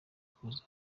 kuza